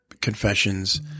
confessions